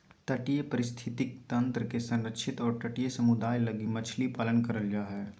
तटीय पारिस्थितिक तंत्र के संरक्षित और तटीय समुदाय लगी मछली पालन करल जा हइ